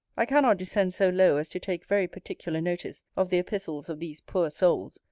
i cannot descend so low, as to take very particular notice of the epistles of these poor souls,